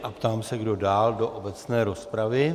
A ptám se, kdo dál do obecné rozpravy..